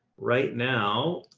right now.